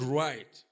right